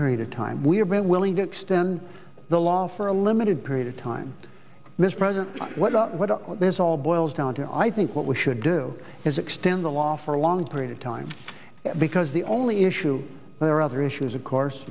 period of time we have been willing to extend the law for a limited period of time this present what not what this all boils down to i think what we should do is extend the law for a long period of time because the only issue there are other issues of course